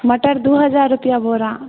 मटर दू हजार रुपिआ बोरा